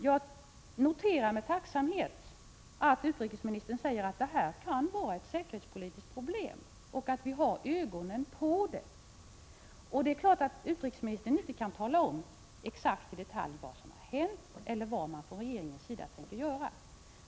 Jag noterar med tacksamhet att utrikesministern säger att detta kan vara ett säkerhetspolitiskt problem och att man har ögonen på det. Det är klart att utrikesministern inte kan tala om exakt i detalj vad som har hänt eller vad regeringen tänker göra.